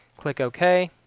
click ok